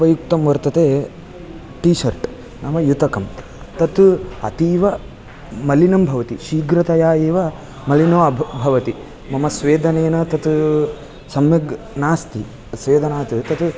उपयुक्तं वर्तते टिशर्ट् नाम युतकं तत् अतीव मलिनं भवति शीघ्रतया एव मलिनो भवति मम स्वेदनेन तत् सम्यक् नास्ति स्वेदनात् तत्